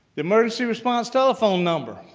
emergency response telephone number.